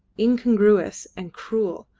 incongruous and cruel,